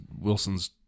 Wilson's